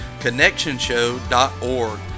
connectionshow.org